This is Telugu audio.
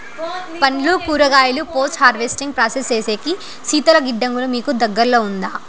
పండ్లు కూరగాయలు పోస్ట్ హార్వెస్టింగ్ ప్రాసెస్ సేసేకి శీతల గిడ్డంగులు మీకు దగ్గర్లో ఉందా?